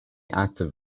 active